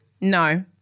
No